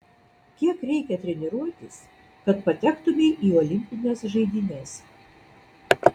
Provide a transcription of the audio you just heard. kiek reikia treniruotis kad patektumei į olimpines žaidynes